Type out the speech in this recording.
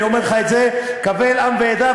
אני אומר לך את זה קבל עם ועדה,